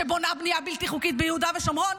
שבונה בנייה בלתי חוקית ביהודה ושומרון,